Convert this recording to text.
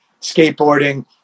skateboarding